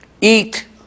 eat